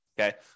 okay